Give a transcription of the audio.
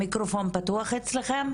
טוב אז תודה רבה גבירתי היו"ר.